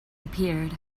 appeared